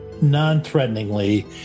non-threateningly